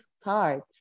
start